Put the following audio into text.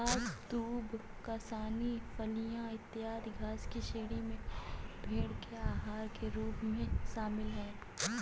घास, दूब, कासनी, फलियाँ, इत्यादि घास की श्रेणी में भेंड़ के आहार के रूप में शामिल है